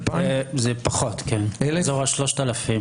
זה פחות, באזור ה-3,000.